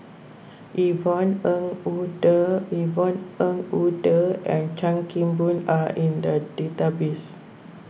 Yvonne Ng Uhde Yvonne Ng Uhde and Chan Kim Boon are in the database